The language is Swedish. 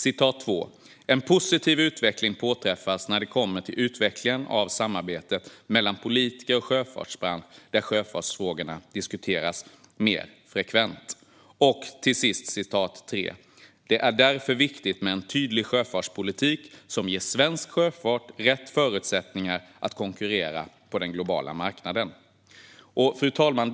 Citat 2: "En positiv utveckling påträffas när det kommer till utvecklingen av samarbetet mellan politiker och sjöfartsbransch där sjöfartsfrågorna diskuteras mer frekvent." Till sist citat 3: "Det är därför viktigt med en tydlig sjöfartspolitik som ger svensk sjöfart rätt förutsättningar att konkurrera på den globala marknaden." Fru talman!